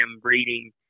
breeding